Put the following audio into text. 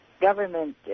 government